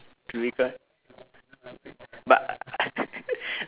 but